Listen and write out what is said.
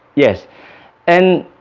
yes and